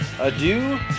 adieu